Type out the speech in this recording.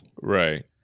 right